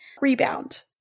rebound